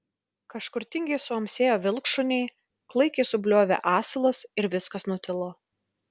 kažkur tingiai suamsėjo vilkšuniai klaikiai subliovė asilas ir viskas nutilo